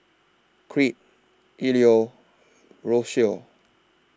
Crete Ilo Rocio